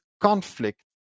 conflict